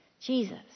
Jesus